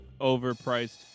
overpriced